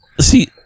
See